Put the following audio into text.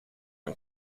een